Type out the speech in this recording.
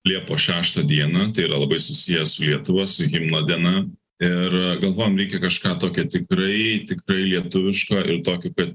liepos šeštą diena yra labai susiję su lietuva su himno diena ir galvojom reikia kažką tokio tikrai tiktai lietuviško ir tokio kad